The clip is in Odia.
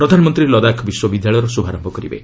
ପ୍ରଧାନମନ୍ତ୍ରୀ ଲଦାଖ୍ ବିଶ୍ୱବିଦ୍ୟାଳୟର ଶୁଭାରମ୍ଭ କରିବେ